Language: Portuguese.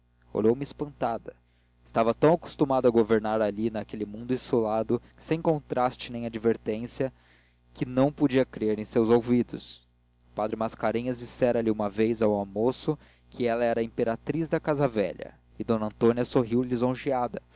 olhou-me espantada estava tão acostumada a governar ali naquele mundo insulado sem contraste nem advertência que não podia crer em seus ouvidos o padre mascarenhas dissera-lhe uma vez ao almoço que ela era a imperatriz da casa velha e d antônia sorriu lisonjeada